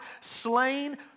slain